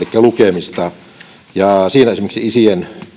eli lukemista siinä esimerkiksi isien